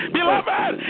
Beloved